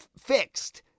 fixed